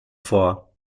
vor